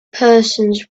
persons